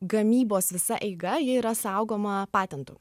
gamybos visa eiga ji yra saugoma patentų